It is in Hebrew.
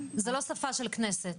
זה לא שפה של כנסת.